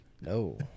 No